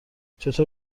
چطور